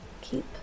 keep